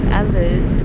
others